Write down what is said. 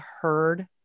heard